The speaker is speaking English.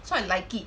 so I like it